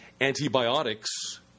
antibiotics